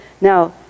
Now